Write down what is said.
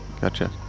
Gotcha